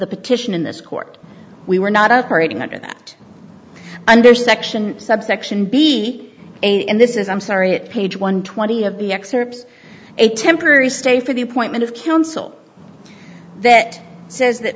the petition in this court we were not operating under that under section subsection be and this is i'm sorry at page one twenty of the excerpts a temporary stay for the appointment of counsel that says that